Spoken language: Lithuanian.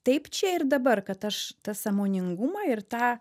taip čia ir dabar kad aš tą sąmoningumą ir tą